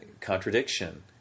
contradiction